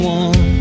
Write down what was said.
one